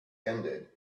ended